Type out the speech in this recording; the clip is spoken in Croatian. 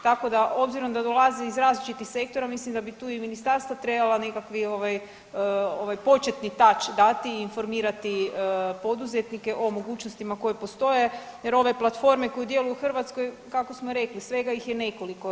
Tako da obzirom da dolaze iz različitih sektora mislim da bi tu i ministarstvo trebalo nekakvi ovaj početni touch dati i informirati poduzetnike o mogućnostima koje postoje jer ove platforme koje djeluju u Hrvatskoj kako smo rekli svega ih je nekoliko.